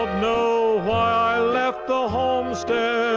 um know why i left the homestead.